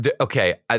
okay